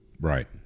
right